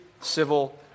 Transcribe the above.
civil